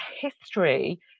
history